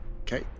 Okay